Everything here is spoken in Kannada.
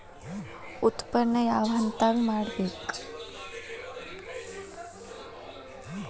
ಉತ್ಪನ್ನ ಯಾವ ಹಂತದಾಗ ಮಾಡ್ಬೇಕ್?